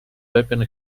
pepin